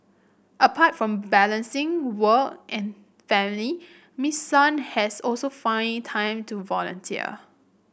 apart from balancing work and family Miss Sun has also found time to volunteer